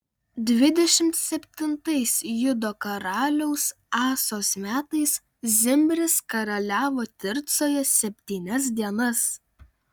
dvidešimt septintais judo karaliaus asos metais zimris karaliavo tircoje septynias dienas